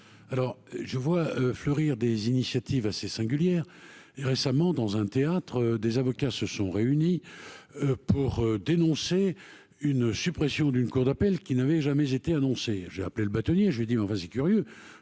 alors je vois fleurir des initiatives assez singulière et récemment dans un théâtre des avocats se sont réunis pour dénoncer une suppression d'une cour d'appel, qui n'avait jamais été annoncé, j'ai appelé le bâtonnier, j'ai dit mais va c'est curieux,